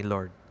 Lord